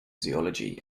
zoology